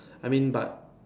I mean but